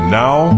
now